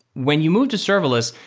when you move to serverless,